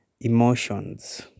emotions